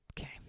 Okay